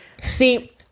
See